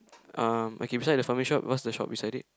um okay beside the family shop what's the shop beside it